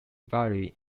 valley